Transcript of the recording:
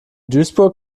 duisburg